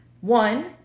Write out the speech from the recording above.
One